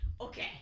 Okay